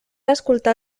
escoltar